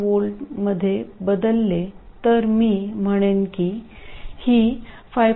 7V मध्ये बदलले तर मी म्हणेन की ही 5